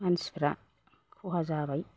मानसिफ्रा खहा जाबाय